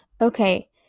Okay